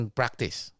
practice